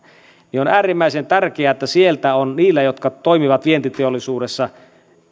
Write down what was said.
ja on äärimmäisen tärkeää että sieltä on niillä jotka toimivat vientiteollisuudessa